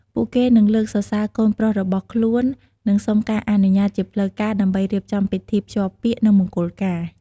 ពួកគេនឹងលើកសរសើរកូនប្រុសរបស់ខ្លួន និងសុំការអនុញ្ញាតជាផ្លូវការដើម្បីរៀបចំពិធីភ្ជាប់ពាក្យ និងមង្គលការ។